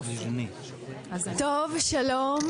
שלום.